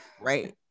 Right